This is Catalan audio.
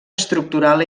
estructural